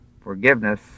Forgiveness